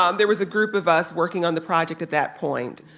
um there was a group of us working on the project at that point,